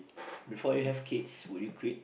before you have kids will you quit